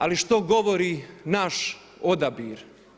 Ali što govori naš odabir?